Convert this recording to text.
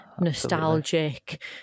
Nostalgic